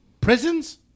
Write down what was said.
prisons